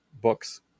books